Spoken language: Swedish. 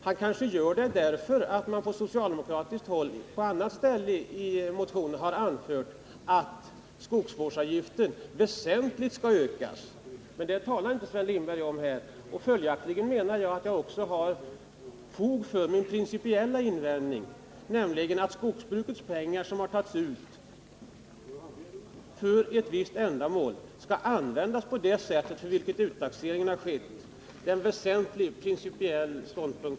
Han gör det kanske därför att man från socialdemokratiskt håll på annat ställe i motionen anfört att skogsvårdsavgiften väsentligt skall ökas. Men det talar Sven Lindberg alltså inte om här. Följaktligen menar jag att jag också har fog för min principiella invändning, nämligen att de pengar som tagits ut från skogsbruket för ett visst ändamål också skall användas till detta. Det är en väsentlig principiell ståndpunkt.